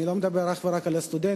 אני לא מדבר אך ורק על הסטודנטים,